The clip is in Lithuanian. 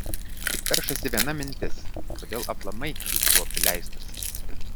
tik peršasi viena mintis kodėl aplamai jis buvo prileistas